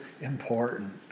important